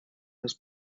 his